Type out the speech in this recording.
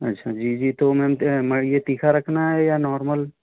अच्छा जी जी तो मैम में यह तीखा रखना है या नॉर्मल